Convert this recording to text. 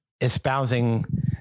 espousing